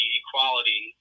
equality